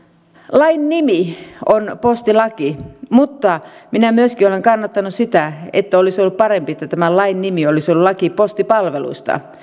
lain nimi on postilaki mutta minä myöskin olen kannattanut sitä että olisi ollut parempi että tämän lain nimi olisi ollut laki postipalveluista